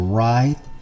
right